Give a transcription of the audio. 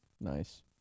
Nice